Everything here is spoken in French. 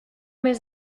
mes